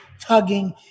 tugging